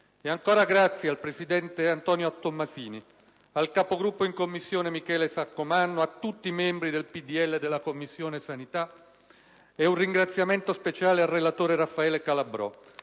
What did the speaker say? E ancora grazie al presidente Antonio Tomassini, al Capogruppo in Commissione, Michele Saccomanno, e a tutti i membri del Popolo della Libertà della Commissione igiene e sanità; e un ringraziamento speciale al relatore, Raffaele Calabrò,